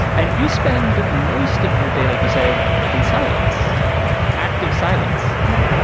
and you spend most of your day, like you said, in silence active silence. yeah